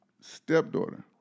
stepdaughter